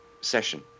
session